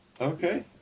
Okay